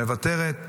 מוותרת,